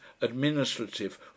administrative